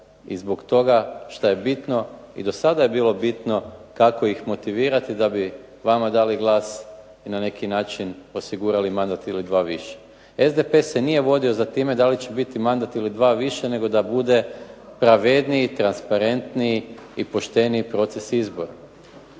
i zbog toga što je bitno i do sada je bilo bitno kako ih motivirati da bi vama dali glas i na neki način osigurali mandat ili dva više. SDP se nije vodio za time da li će biti mandat ili dva više, nego da bude pravedniji, transparentniji i pošteniji proces izbora.